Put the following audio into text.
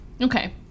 Okay